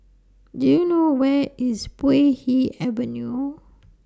Do YOU know Where IS Puay Hee Avenue